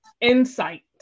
insight